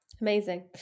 Amazing